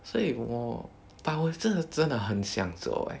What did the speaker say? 所以我 but 我真的真的很想走 eh